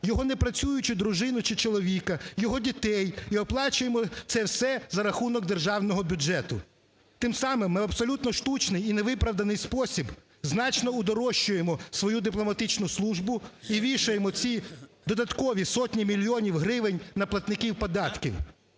його непрацюючу дружину чи чоловіка, його дітей і оплачуємо це все за рахунок державного бюджету. Тим самим ми абсолютно штучно і в невиправданий спосіб значно удорожчуємо свою дипломатичну службу і вішаємо ці додаткові сотні мільйонів гривень на платників податків.